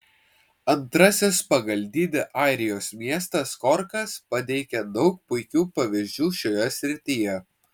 antrasis pagal dydį airijos miestas korkas pateikia daug puikių pavyzdžių šioje srityje